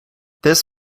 this